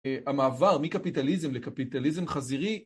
המעבר מקפיטליזם לקפיטליזם חזירי